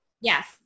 Yes